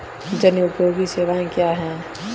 जनोपयोगी सेवाएँ क्या हैं?